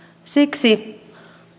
siksi